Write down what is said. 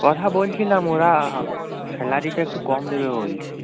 কথা বলছিলাম ওরা স্যালারিটা একটু কম দেবে বলছে